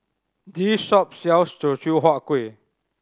this shop sells Teochew Huat Kueh